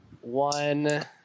One